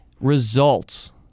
results